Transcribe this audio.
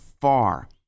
far